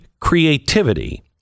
creativity